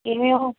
ਕਿਵੇਂ ਉਹ